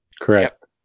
Correct